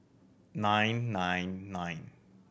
nine nine nine